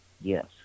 Yes